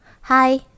Hi